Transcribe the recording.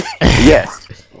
Yes